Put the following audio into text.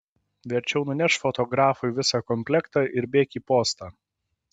verčiau nunešk fotografui visą komplektą ir bėk į postą